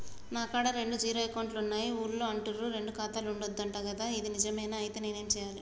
నా కాడా రెండు జీరో అకౌంట్లున్నాయి ఊళ్ళో అంటుర్రు రెండు ఖాతాలు ఉండద్దు అంట గదా ఇది నిజమేనా? ఐతే నేనేం చేయాలే?